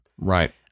Right